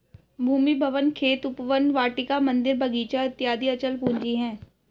भूमि, भवन, खेत, उपवन, वाटिका, मन्दिर, बगीचा इत्यादि अचल पूंजी है